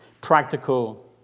Practical